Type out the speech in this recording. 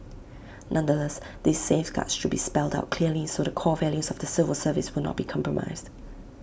nonetheless these safeguards should be spelled out clearly so the core values of the civil service would not be compromised